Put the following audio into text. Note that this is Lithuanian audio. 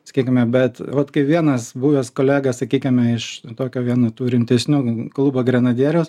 sakykime bet vat kaip vienas buvęs kolega sakykime iš tokio vieno tų rimtesnių klubo grenadierius